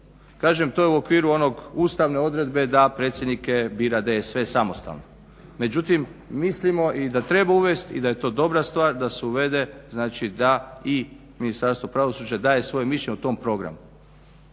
Kažem to je u okviru one ustavne odredbe da predsjednike bira DSV samostalno. Međutim, mislimo i da treba uvesti i da je to dobra stvar da se uvede znači da i Ministarstvo pravosuđa daje svoje mišljenje o tom programu.